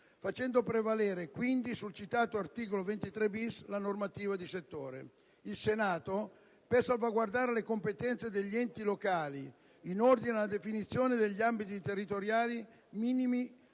facendo prevalere quindi sul citato articolo 23*-bis* la normativa di settore. In quell'occasione, il Senato, per salvaguardare le competenze degli enti locali in ordine alla definizione degli ambiti territoriali minimi